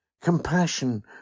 Compassion